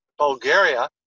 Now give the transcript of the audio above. Bulgaria